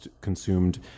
consumed